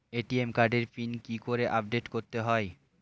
ATM কার্ডের pin কি করে আপডেট করতে হয়?